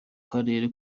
karere